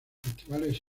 festivales